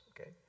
okay